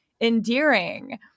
endearing